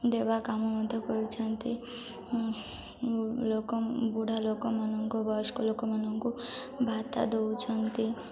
ଦେବା କାମ ମଧ୍ୟ କରୁଛନ୍ତି ଲୋକ ବୁଢ଼ା ଲୋକମାନଙ୍କ ବୟସ୍କ ଲୋକମାନଙ୍କୁ ଭତ୍ତା ଦେଉଛନ୍ତି